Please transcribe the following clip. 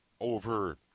over